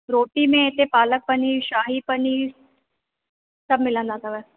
रोटी में हिते पालक पनीर शाही पनीर सभु मिलंदा अथव